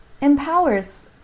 empowers